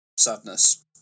Sadness